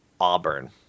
Auburn